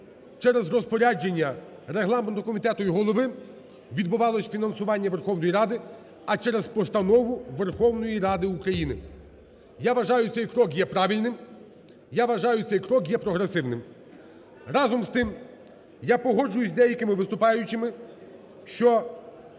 через розпорядження регламентному комітету і голови відбувалося фінансування Верховної Ради, а через постанову Верховної Ради України. Я вважаю, цей крок є правильним, я вважаю, цей крок є прогресивним. Разом з тим, я погоджуюся з деякими виступаючими, що